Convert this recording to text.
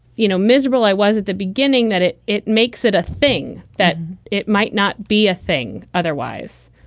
you know, miserable, i was at the beginning that it it makes it a thing that it might not be a thing otherwise.